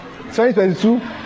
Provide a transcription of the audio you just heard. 2022